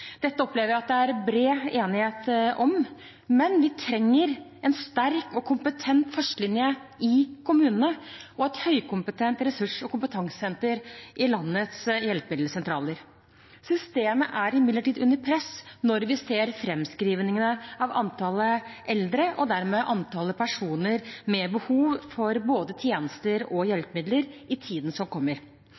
Dette opplever jeg at det er bred enighet om. Men vi trenger en sterk og kompetent førstelinje i kommunene og et høykompetent ressurs- og kompetansesenter i landets hjelpemiddelsentraler. Systemet er imidlertid under press når vi ser framskrivningene av antallet eldre, og dermed antallet personer med behov for både tjenester og hjelpemidler i tiden som kommer.